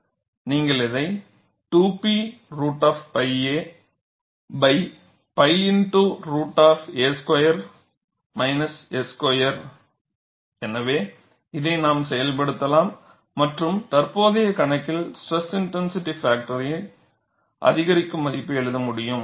நீங்கள் இதை 2 P root of Pi a Pi x root of a2 s2 எனவே இதை நான் செயல்படுத்தலாம் மற்றும் தற்போதைய கணக்கில் ஸ்ட்ரெஸ் இன்டென்சிட்டி பாக்டர்யின் அதிகரிக்கும் மதிப்பை எழுத முடியும்